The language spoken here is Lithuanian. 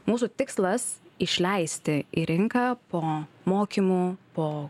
mūsų tikslas išleisti į rinką po mokymų po